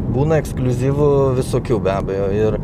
būna ekskliuzyvų visokių be abejo ir